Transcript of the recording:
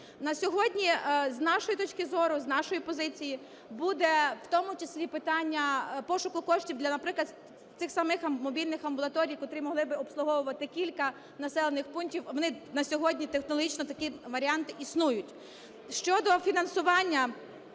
На сьогодні, з нашої точки зору, з нашої позиції, буде в тому числі питання пошуку коштів для, наприклад, цих самих мобільних амбулаторій, котрі могли би обслуговувати кілька населених пунктів. Вони на сьогодні технологічно, такі варіанти, існують.